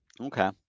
Okay